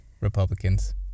Republicans